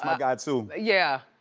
ah guy too. yeah.